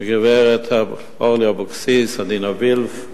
גברת אורלי לוי אבקסיס, עינת וילף,